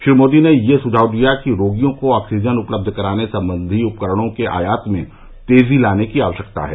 श्री मोदी ने यह सुझाव दिया कि रोगियों को ऑक्सीजन उपलब्ध कराने संबंधी उपकरणों के आयात में तेजी लाने की आवश्यकता है